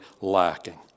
lacking